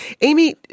Amy